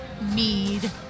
mead